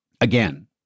again